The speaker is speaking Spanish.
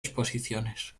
exposiciones